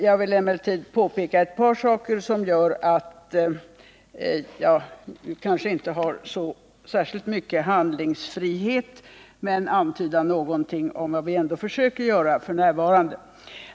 Jag vill emellertid påpeka ett par saker som gör att jag kanske inte har så särskilt stor handlingsfrihet men som ändå ger en antydan om vad vi försöker uträtta f. n.